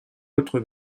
autre